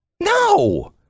No